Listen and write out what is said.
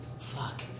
Fuck